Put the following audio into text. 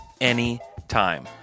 anytime